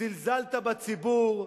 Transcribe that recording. זלזלת בציבור,